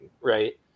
right